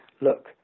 look